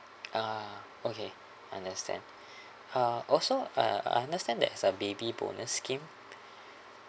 ah okay understand uh also uh I understand there's a baby bonus scheme